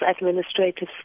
administrative